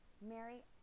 Mary